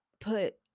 put